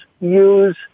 use